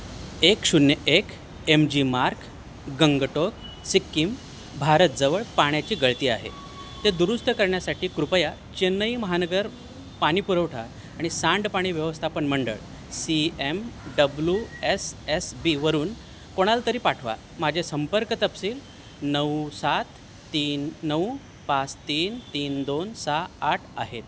एक शून्य एक एम जी मार्ग गंगटोक सिक्कीम भारतजवळ पाण्याची गळती आहे ते दुरुस्त करण्यासाठी कृपया चेन्नई महानगर पाणी पुरवठा आणि सांडपाणी व्यवस्थापन मंडळ C M W S S बीवरून कोणाला तरी पाठवा माझे संपर्क तपशील नऊ सात तीन नऊ पाच तीन तीन दोन सहा आठ आहेत